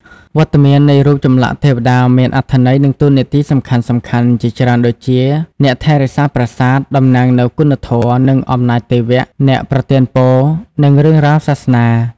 វត្តមាននៃរូបចម្លាក់ទេវតាមានអត្ថន័យ និងតួនាទីសំខាន់ៗជាច្រើនដូចជា អ្នកថែរក្សាប្រាសាទ តំណាងនូវគុណធម៌ និងអំណាចទេវៈ អ្នកប្រទានពរ និងរឿងរ៉ាវសាសនា។